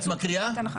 חס וחלילה.